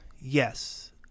yes